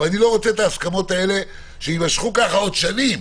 אבל אני לא רוצה שההסכמות האלה יימשכו ככה עוד שנים,